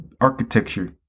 architecture